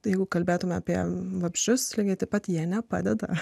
tai jeigu kalbėtume apie vabzdžius lygiai taip pat jie nepadeda